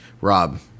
Rob